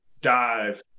dive